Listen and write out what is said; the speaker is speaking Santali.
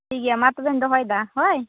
ᱴᱷᱤᱠ ᱜᱮᱭᱟ ᱢᱟᱛᱚᱵᱮᱧ ᱫᱚᱦᱚᱭᱮᱫᱟ ᱦᱳᱭ